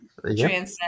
Transcend